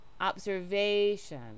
observation